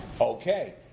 Okay